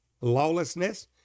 Lawlessness